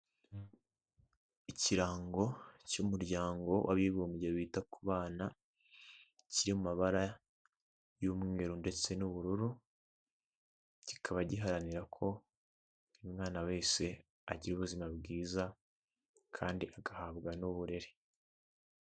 Ikirango cy'umuryango w'abibumbye wita ku bana kiri mu mabara y'umweru ndetse n'ubururu kikaba giharanira ko umwana wese agira ubuzima bwiza kandi agahabwa n'uburere.